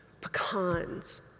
pecans